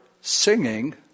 singing